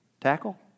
tackle